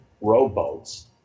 rowboats